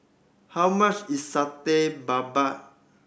how much is Satay Babat